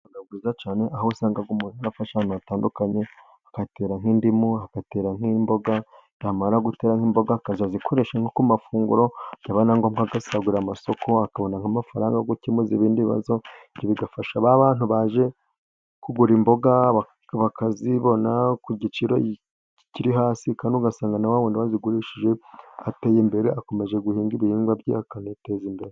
Ubuhinzi buba bwiza cyane, aho usanga umuntu afashe ahantu hatandukanye agatera nk'indimu, agatera nk'imboga, yamara gutera nk'imboga, akazazikoresha nko ku mafunguro byaba ngomba agasagurira amasoko akabona amafaranga yo gukemura ibindi bibazo, bigafasha ba bantu baje kugura imboga bakazibona ku giciro kiri hasi, kandi ugasanga nabo bazigurishije ateye imbere akomeje guhinga ibihingwa bye akaniteza imbere.